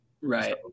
Right